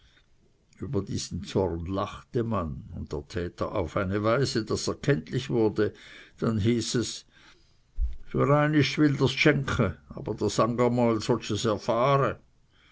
über diesen zorn lachte man und der täter auf eine weise daß er kenntlich wurde dann hieß es für einist will der's schäiche aber ds anger mal sosch erfahre